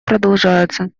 продолжаются